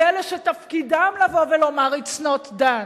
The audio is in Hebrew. זה אלה שתפקידם לבוא ולומר: It's not done,